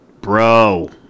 bro